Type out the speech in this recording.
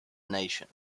nation